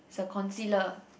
is a concealer